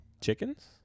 chickens